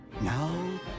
Now